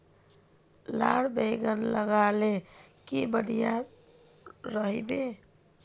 लार बैगन लगाले की बढ़िया रोहबे?